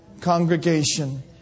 congregation